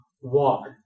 walk